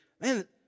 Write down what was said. man